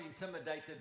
intimidated